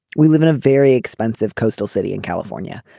we live in a very expensive coastal city in california.